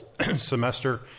semester